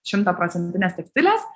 šimtaprocentines tekstiles